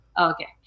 Okay